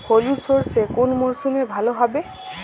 হলুদ সর্ষে কোন মরশুমে ভালো হবে?